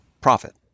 profit